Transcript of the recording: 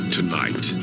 Tonight